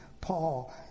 Paul